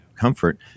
comfort